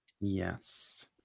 Yes